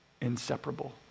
inseparable